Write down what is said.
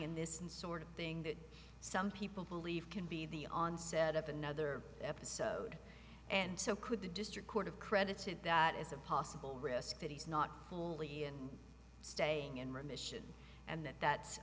in this and sort of thing that some people believe can be the onset of another episode and so could the district court of credited that as a possible risk that he's not fully in staying in remission and that that